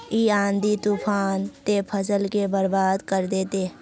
इ आँधी तूफान ते फसल के बर्बाद कर देते?